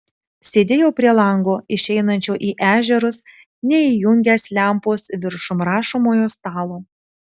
sėdėjau prie lango išeinančio į ežerus neįjungęs lempos viršum rašomojo stalo